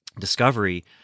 Discovery